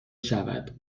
شود